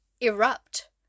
erupt